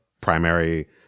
primary